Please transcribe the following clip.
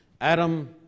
Adam